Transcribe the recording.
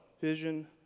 vision